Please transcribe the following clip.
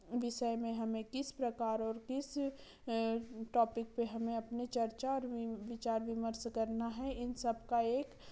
विसय में हमें किस प्रकार और किस टॉपिक पर हमें अपनी चर्चा और विचार विमर्श करना है इन सबका एक